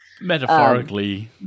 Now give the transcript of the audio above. Metaphorically